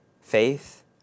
faith